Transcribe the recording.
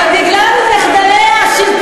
אבל מחדלי השלטון,